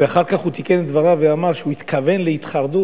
ואחר כך הוא תיקן את דבריו ואמר שהוא התכוון להתחרדות.